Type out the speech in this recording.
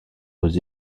aux